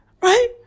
Right